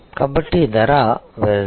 కాబట్టి ఈ ధర vs